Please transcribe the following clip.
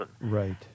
Right